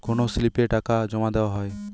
কোন স্লিপে টাকা জমাদেওয়া হয়?